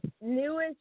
newest